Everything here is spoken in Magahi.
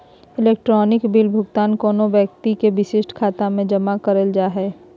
इलेक्ट्रॉनिक बिल भुगतान कोनो व्यक्ति के विशिष्ट खाता में जमा करल जा हइ